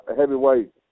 heavyweight